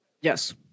yes